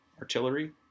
artillery